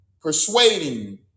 persuading